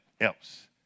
else